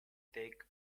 take